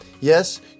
Yes